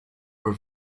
were